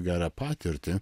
gerą patirtį